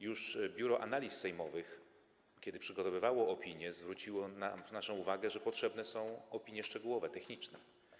Już Biuro Analiz Sejmowych, kiedy przygotowywało opinię, zwróciło uwagę na to, że potrzebne są opinie szczegółowe, techniczne.